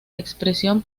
expresión